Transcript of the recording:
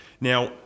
Now